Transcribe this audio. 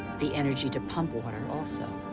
the energy to pump water also.